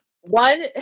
one